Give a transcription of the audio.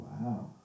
Wow